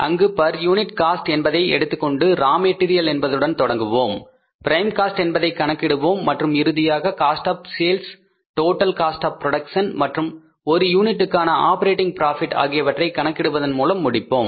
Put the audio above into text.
அங்கு per unit cost என்பதை எடுத்துக் கொண்டு ரா மேடரியல் என்பதுடன் தொடங்குவோம் பிரைம் காஸ்ட் என்பதைக் கணக்கிடுவோம் மற்றும் இறுதியாக cost of sales total cost of production மற்றும் ஒரு யூனிட்டுக்கான ஆப்பரேட்டிங் ப்ராபிட் ஆகியவற்றை கணக்கிடுவதன் மூலம் முடிப்போம்